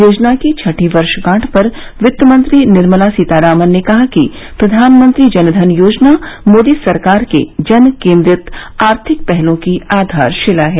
योजना की छठी वर्षगांठ पर वित्त मंत्री निर्मला सीतारामन ने कहा कि प्रधानमंत्री जनधन योजना मोदी सरकार के जन केन्द्रित आर्थिक पहलों की आधारशिला है